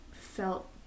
felt